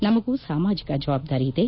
ನಮಗೂ ಸಾಮಾಜಿಕ ಜವಾಬ್ದಾರಿ ಇದೆ